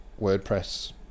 WordPress